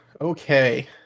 Okay